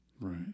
right